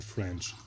French